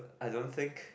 I don't think